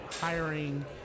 hiring